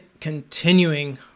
continuing